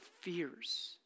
fears